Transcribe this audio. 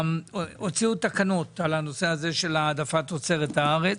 הוציאו תקנות על הנושא הזה של העדפת תוצרת הארץ.